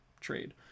trade